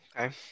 Okay